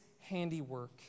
handiwork